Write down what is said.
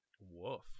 Woof